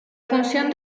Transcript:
función